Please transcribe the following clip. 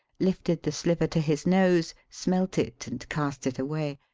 lifted the sliver to his nose, smelt it, and cast it away.